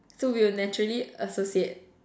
so we'll naturally associate